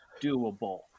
doable